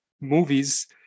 movies